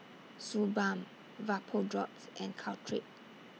Suu Balm Vapodrops and Caltrate